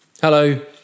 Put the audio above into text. Hello